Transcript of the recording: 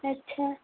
ଆଚ୍ଛା